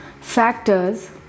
factors